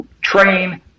train